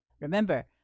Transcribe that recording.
Remember